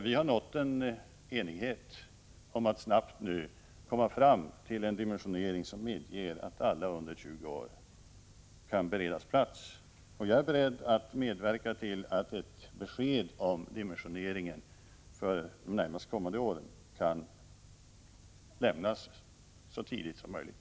Vi har nått en enighet om att snabbt komma fram till en dimensionering som medger att alla under 20 år kan beredas plats. Jag är beredd att medverka till att ett besked om dimensioneringen för de närmast kommande åren kan lämnas så tidigt som möjligt.